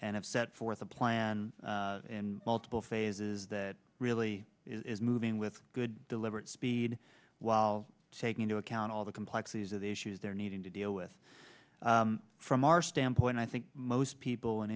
and i've set forth a plan in multiple phases that really is moving with good deliberate speed while taking into account all the complexities of the issues they're needing to deal with from our standpoint i think most people in